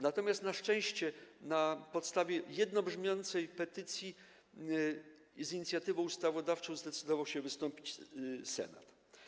Natomiast na szczęście na podstawie jednobrzmiącej petycji z inicjatywą ustawodawczą zdecydował się wystąpić Senat.